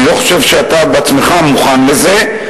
אני לא חושב שאתה בעצמך מוכן לזה,